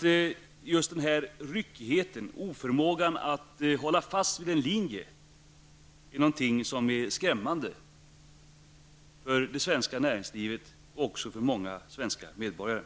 Det är just ryckigheten, dvs. oförmågan att hålla fast vid en linje, som framstår som skrämmande för det svenska näringslivet och också för många svenska medborgare.